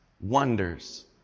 wonders